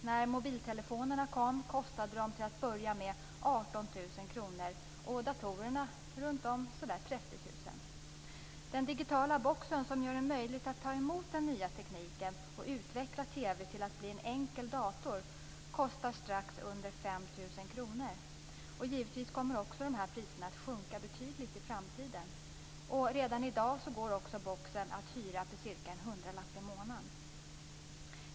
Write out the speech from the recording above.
När mobiltelefonerna kom kostade de till att börja med 18 000 kr och datorerna kostade runt Den digitala boxen som gör det möjligt att ta emot den nya tekniken och utveckla TV till att bli en enkel dator kostar strax under 5 000 kr, och givetvis kommer också det priset att sjunka betydligt i framtiden. Redan i dag går boxen att hyra för cirka en hundralapp i månaden.